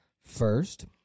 First